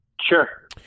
Sure